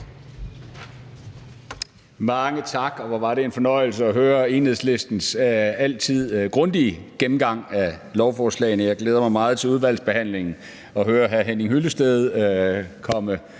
Mange tak. Hvor var det en fornøjelse at høre Enhedslistens altid grundige gennemgang af lovforslagene, og jeg glæder mig meget til udvalgsbehandlingen og til at høre hr. Henning Hyllested komme